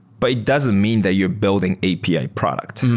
but it doesn't mean that you're building api product.